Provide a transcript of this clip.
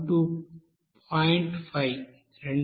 5రెండవది 1049